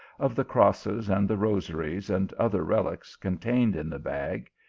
of the crosses, and the rosaries, and other reliques contained in the bag,